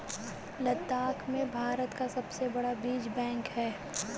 लद्दाख में भारत का सबसे बड़ा बीज बैंक है